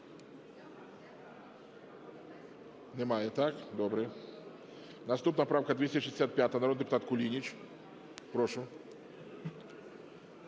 Немає, так? Добре. Наступна правка 265, народний депутат Кулініч. Прошу.